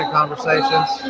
conversations